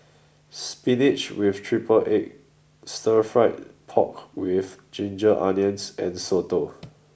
spinach with triple egg stir fried pork with ginger onions and soto